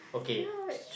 ya